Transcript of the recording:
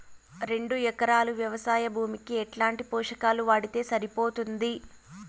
రెండు ఎకరాలు వ్వవసాయ భూమికి ఎట్లాంటి పోషకాలు వాడితే సరిపోతుంది?